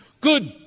good